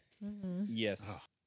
Yes